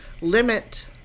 limit